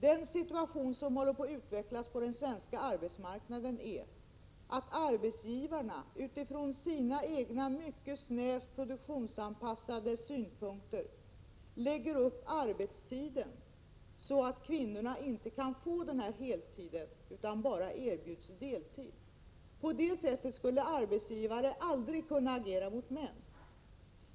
Den situation som håller på att utvecklas på den svenska arbetsmarknaden innebär att arbetsgivarna, utifrån sina egna mycket snävt produktionsanpassade synpunkter, lägger upp arbetstiden så att kvinnorna inte kan få heltid, utan bara erbjuds deltid. På det sättet skulle arbetsgivare aldrig kunna agera gentemot män.